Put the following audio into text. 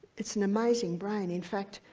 it's an amazing brain. in fact,